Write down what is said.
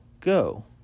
go